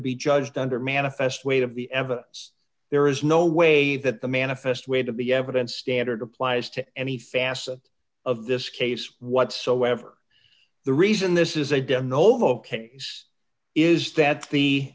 be judged under manifest weight of the evidence there is no way that the manifest way to be evidence standard applies to any facet of this case whatsoever the reason this is a demo case is that the